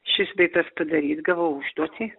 šis bei tas padaryt gavau užduotį